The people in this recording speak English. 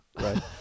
right